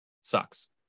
sucks